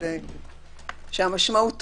שהמשמעות תובן.